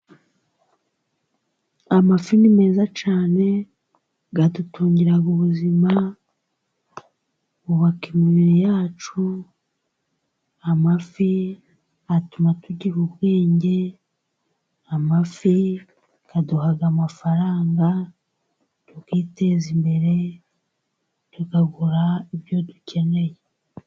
Amafi ni meza cyane adutungira ubuzima yubaka imibiri yacu amafi, atuma tugira ubwenge, amafi aduha amafaranga tukiteza imbere tukagura ibyo dukeneye.